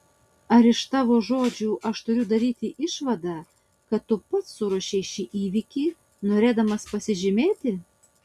ar iš tavo žodžių aš turiu daryti išvadą kad tu pats suruošei šį įvykį norėdamas pasižymėti